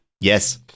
Yes